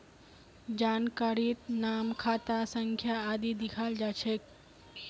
जानकारीत नाम खाता संख्या आदि दियाल जा छेक